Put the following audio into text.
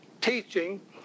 teaching